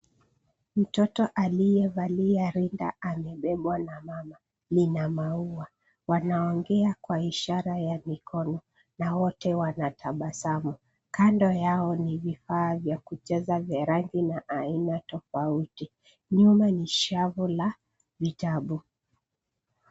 Mtoto aliyevalia rinda amebebwa na mama, lina maua . Wanaongea kwa ishara ya mikono na wote wanatabasamu. Kando yao ni vifaa vya kucheza vya rangi na aina tofauti. Nyuma ni shavu la vitabu.